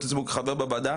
חבר בוועדה,